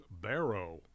Barrow